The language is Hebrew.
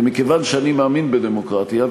ומכיוון שאני מאמין בדמוקרטיה,